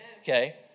Okay